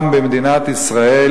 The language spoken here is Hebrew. גם במדינת ישראל,